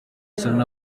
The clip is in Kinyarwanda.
serena